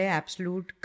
absolute